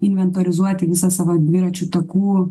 inventorizuoti visą savo dviračių takų